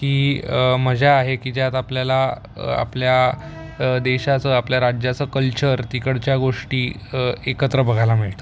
की मजा आहे की ज्यात आपल्याला आपल्या देशाचं आपल्या राज्याचं कल्चर तिकडच्या गोष्टी एकत्र बघायला मिळतं